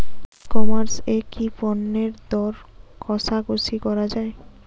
ই commerce এ কি পণ্যের দর কশাকশি করা য়ায়?